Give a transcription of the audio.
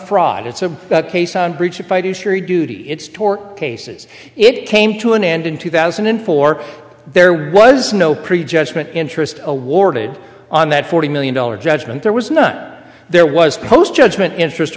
fraud it's a case on breach of duty it's tort cases it came to an end in two thousand and four there was no prejudgment interest awarded on that forty million dollars judgment there was none there was post judgment interest